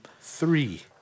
Three